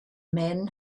men